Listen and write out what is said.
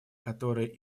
которые